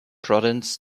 proteins